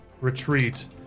retreat